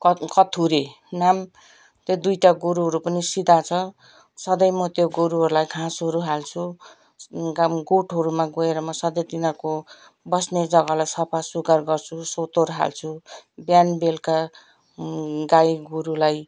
कथ् कथुरे नाम त्यो दुईटा गोरुहरू पनि सिधा छ सधैँ म त्यो गोरुहरूलाई घाँसहरू हाल्छु गाम गोठहरूमा गएर म सधैँ तिनीहरूको बस्ने जग्गालाई सफासुघ्घर गर्छु सोत्तर हाल्छु बिहान बेलुका गाईगोरुलाई